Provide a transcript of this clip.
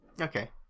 okay